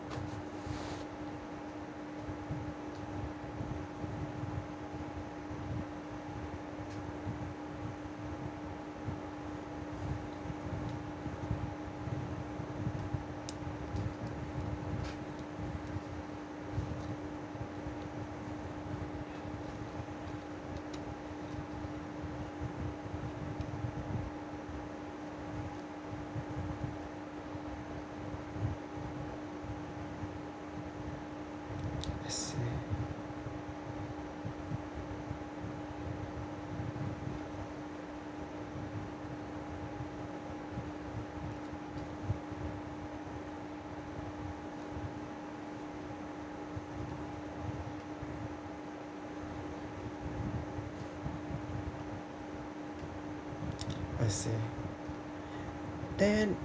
I see then